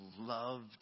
loved